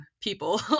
people